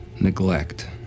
neglect